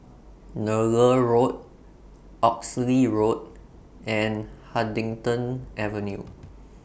Nallur Road Oxley Road and Huddington Avenue